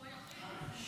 הוא היחיד.